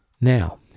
Now